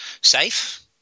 safe